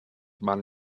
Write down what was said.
man